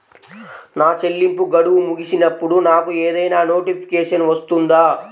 నా చెల్లింపు గడువు ముగిసినప్పుడు నాకు ఏదైనా నోటిఫికేషన్ వస్తుందా?